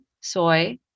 soy